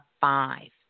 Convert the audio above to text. five